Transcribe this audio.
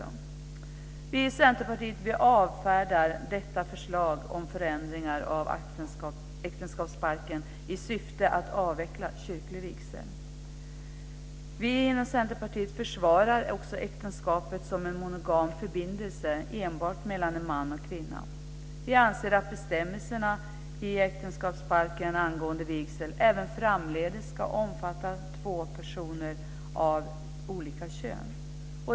Vi i Centerpartiet avfärdar detta förslag om förändringar av äktenskapsbalken i syfte att avveckla kyrklig vigsel. Vi inom Centerpartiet försvarar också äktenskapet som en monogam förbindelse enbart mellan en man och en kvinna. Vi anser att bestämmelserna i äktenskapsbalken angående vigsel även framdeles ska omfatta två personer av olika kön.